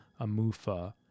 Amufa